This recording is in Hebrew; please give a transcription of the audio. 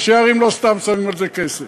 ראשי ערים לא סתם שמים על זה כסף.